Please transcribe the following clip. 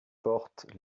portes